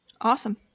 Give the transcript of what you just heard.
Awesome